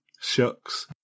Shucks